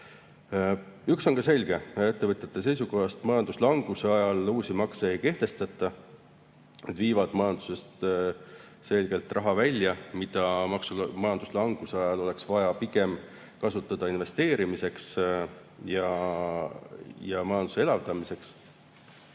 Üks on selge: ettevõtjate seisukoht on, et majanduslanguse ajal uusi makse ei kehtestata. Need viivad majandusest selgelt raha välja ja seda oleks majanduslanguse ajal vaja pigem kasutada investeerimiseks ja majanduse elavdamiseks.